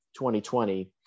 2020